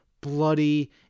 bloody